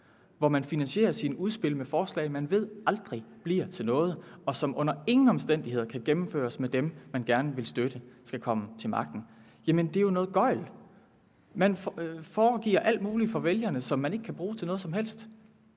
hvor man finansierer sine udspil med forslag, man ved aldrig bliver til noget, og som under ingen omstændigheder kan gennemføres med dem, man gerne vil støtte i at komme til magten. Jamen det er jo noget gøgl. Man foregiver alt muligt over for vælgerne, som man ikke kan bruge til noget som helst.